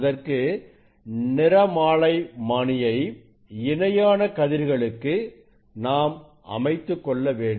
அதற்கு நிறமாலைமானியை இணையான கதிர்களுக்கு நாம் அமைத்துக்கொள்ள வேண்டும்